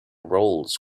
roles